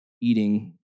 eating